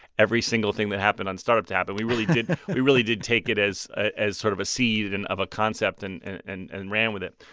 every single thing that happened on startup to happen. we really did we really did take it as ah as sort of a seed and of a concept and and and and ran with it.